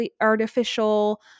artificial